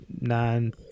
nine